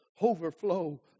Overflow